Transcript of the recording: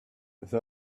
those